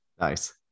nice